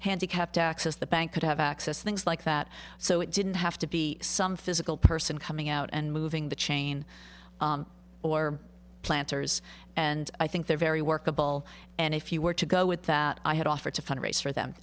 handicapped access the bank could have access to things like that so it didn't have to be some physical person coming out and moving the chain or planters and i think they're very workable and if you were to go with that i had offered to fundraise for them